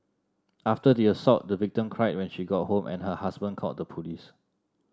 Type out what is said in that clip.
after the assault the victim cried when she got home and her husband called the police